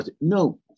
No